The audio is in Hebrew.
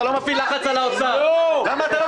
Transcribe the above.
אין לי